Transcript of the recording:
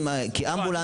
כי אמבולנס --- לא,